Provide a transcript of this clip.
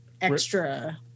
extra